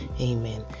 Amen